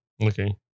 Okay